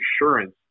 insurance